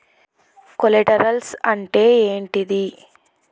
Collaterals అంటే ఏంటిది?